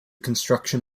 construction